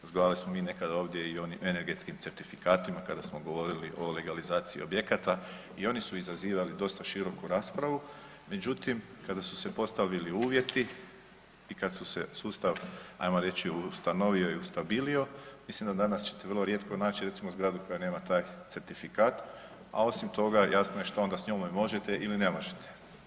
Razgovarali smo mi nekad ovdje i o energetskim certifikatima kada smo govorili o legalizaciji objekata i oni su izazivali dosta široku raspravu, međutim kada su se postavili uvjeti i kad se sustav, ajmo reći, ustanovio i ustabilio mislim da danas ćete vrlo rijetko nać recimo zgradu koja nema taj certifikat, a osim toga jasno je što onda s njome možete ili ne možete.